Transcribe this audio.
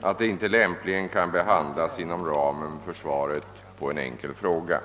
att det inte lämpligen kan behandlas inom ramen för svaret på en enkel fråga.